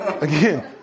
Again